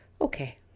Okay